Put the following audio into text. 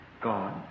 God